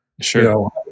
Sure